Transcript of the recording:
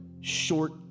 short